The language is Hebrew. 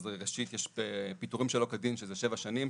אז ראשית יש בפיטורים שלא כדין שזה שבע שנים,